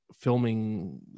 filming